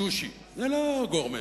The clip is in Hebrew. שושי, זה לא גורמה.